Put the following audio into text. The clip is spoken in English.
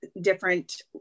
different